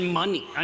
money